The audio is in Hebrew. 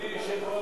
אדוני היושב-ראש,